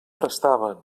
prestaven